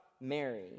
Mary